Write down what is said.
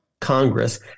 Congress